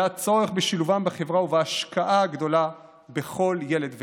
מהצורך בשילובם בחברה ומההשקעה הגדולה בכל ילד וילד.